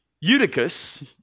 Eutychus